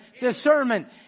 Discernment